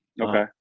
Okay